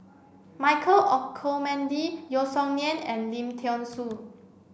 Michael Olcomendy Yeo Song Nian and Lim Thean Soo